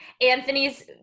Anthony's